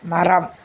மரம்